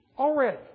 already